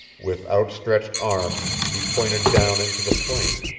with outstretched arm he pointed down into the plain,